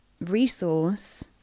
resource